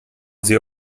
sie